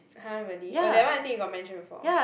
!huh! really oh that [one] I think you got mention before